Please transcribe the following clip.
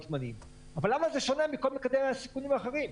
זמנים אבל למה זה שונה מכל מקדמי הסיכונים האחרים?